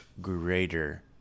greater